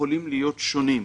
יכולים להיות שונים,